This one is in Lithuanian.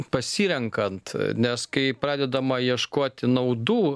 pasirenkant nes kai pradedama ieškoti naudų